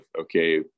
okay